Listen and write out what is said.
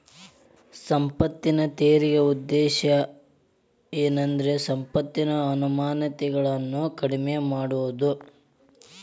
ಸಂಪತ್ತಿನ ತೆರಿಗೆ ಉದ್ದೇಶ ಏನಂದ್ರ ಸಂಪತ್ತಿನ ಅಸಮಾನತೆಗಳನ್ನ ಕಡಿಮೆ ಮಾಡುದು